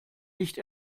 nicht